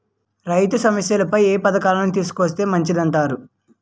రైతు సమస్యలపై ఏ పథకాలను తీసుకొస్తే మంచిదంటారు?